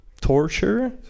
torture